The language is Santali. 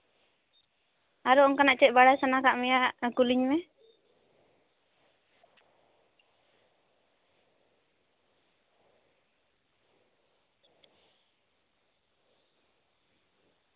ᱟᱨᱚ ᱚᱱᱠᱟᱱᱟᱜ ᱪᱮᱫ ᱵᱟᱲᱟᱭ ᱥᱟᱱᱟ ᱠᱟᱫ ᱢᱮᱭᱟ ᱠᱩᱞᱤᱧ ᱢᱮ